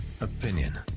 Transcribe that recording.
opinion